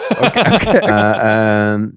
Okay